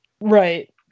Right